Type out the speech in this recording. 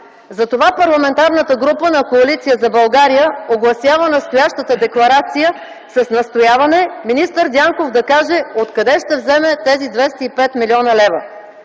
Затова Парламентарната група на Коалиция за България огласява настоящата декларация с настояване министър Дянков да каже откъде ще вземе тези 205 млн. лв.